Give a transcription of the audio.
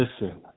listen